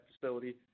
facility